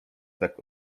tak